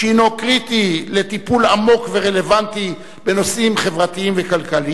שהוא קריטי לטיפול עמוק ורלוונטי בנושאים חברתיים וכלכליים,